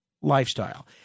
lifestyle